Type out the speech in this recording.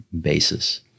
basis